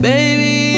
Baby